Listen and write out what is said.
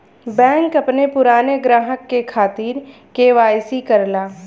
bank अपने पुराने ग्राहक के खातिर के.वाई.सी करला